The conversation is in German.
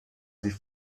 sie